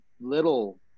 little